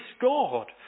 God